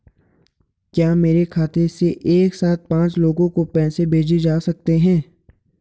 क्या मेरे खाते से एक साथ पांच लोगों को पैसे भेजे जा सकते हैं?